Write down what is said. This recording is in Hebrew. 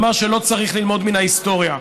אמר שלא צריך ללמוד מן ההיסטוריה,